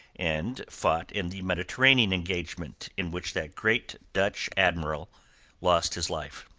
and fought in the mediterranean engagement in which that great dutch admiral lost his life.